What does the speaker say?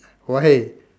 why